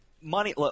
Money